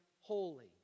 holy